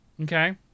Okay